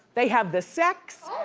they have the sex.